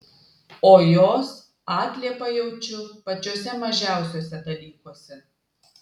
o jos atliepą jaučiu pačiuose mažiausiuose dalykuose